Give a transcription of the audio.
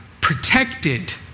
protected